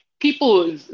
People